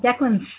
Declan's